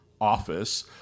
office